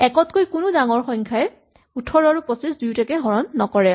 ১ তকৈ কোনো ডাঙৰ সংখ্যাই ১৮ আৰু ২৫ দুয়োটাকে হৰণ নকৰে